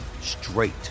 straight